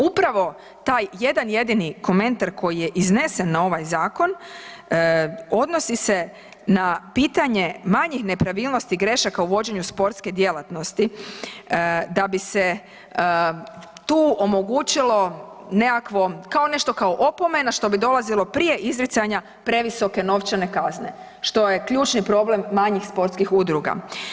Upravo taj jedan jedini komentar koji je iznesen na ovaj zakon odnosi se na pitanje manjih nepravilnosti grešaka u vođenju sportske djelatnosti, da bi se tu omogućilo nekakvo kao nešto kao opomena što bi dolazilo prije izricanja previsoke novčane kazne što je ključni problem manjih sportskih udruga.